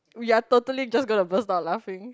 we are totally just gonna burst out laughing